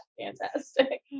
Fantastic